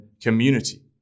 community